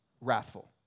wrathful